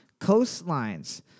coastlines